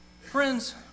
Friends